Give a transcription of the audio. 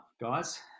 guys